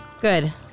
Good